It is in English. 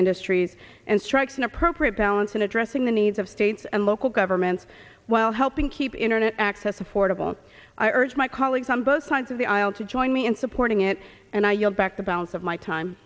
industries and strikes an appropriate balance in addressing the needs of state and local governments while helping keep internet access affordable i urge my colleagues on both sides of the aisle to join me in supporting it and i yield back the balance of my time